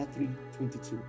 3.22